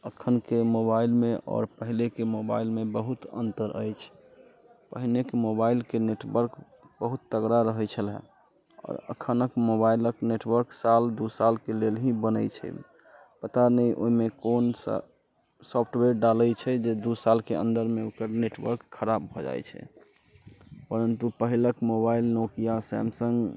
अखनके मोबाइलमे आओर पहिलेके मोबाइलमे बहुत अंतर अछि पहिनेके मोबाइलके नेटवर्क बहुत तगड़ा रहैत छलै आओर अखनके मोबाइलके नेटवर्क साल दू सालके लेल ही बनैत छै पता नहि ओहिमे कोन सा सॉफ्टवेयर डालैत छै जे दू साल के अंदरमे ओकर नेटवर्क खराप भऽ जाइत छै परन्तु पहिलका मोबाइल नोकिआ सैमसंग